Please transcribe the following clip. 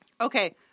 Okay